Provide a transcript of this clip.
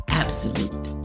absolute